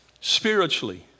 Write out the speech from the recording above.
spiritually